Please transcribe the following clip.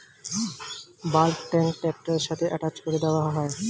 bulk tank ট্র্যাক্টরের সাথে attach করে দেওয়া হয়